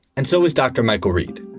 and so is dr. michael reed.